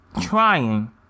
trying